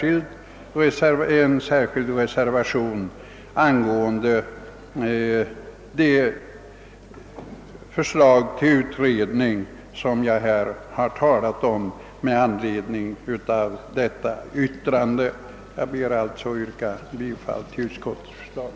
Till det utlåtandet har en reservation fogats vari begärs en skyndsam utredning angående ATP systemets samhällsekonomiska verkningar, allmänna pensionsfondens inverkan på näringslivet och fondförvaltningens framtida utformning. Beträffande förevarande utlåtande yrkar jag alltså, herr talman, bifall till utskottets hemställan.